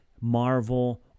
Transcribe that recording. Marvel